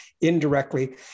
indirectly